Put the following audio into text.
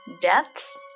deaths